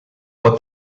what